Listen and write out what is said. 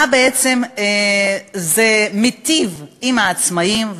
במה בעצם זה מיטיב עם העצמאים?